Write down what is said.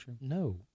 No